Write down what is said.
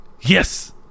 yes